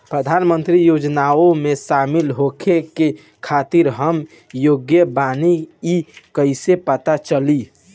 प्रधान मंत्री योजनओं में शामिल होखे के खातिर हम योग्य बानी ई कईसे पता चली?